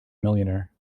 millionaire